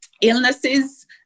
illnesses